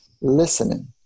listening